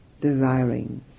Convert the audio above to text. desiring